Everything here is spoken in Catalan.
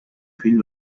fill